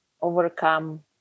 overcome